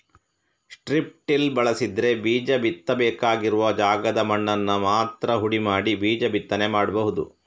strip till ಬಳಸಿದ್ರೆ ಬೀಜ ಬಿತ್ತಬೇಕಾಗಿರುವ ಜಾಗದ ಮಣ್ಣನ್ನ ಮಾತ್ರ ಹುಡಿ ಮಾಡಿ ಬೀಜ ಬಿತ್ತನೆ ಮಾಡ್ಬಹುದು